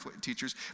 teachers